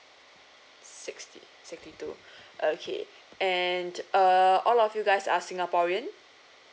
sixty sixty two okay and uh all of you guys are singaporean